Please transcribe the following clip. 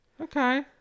Okay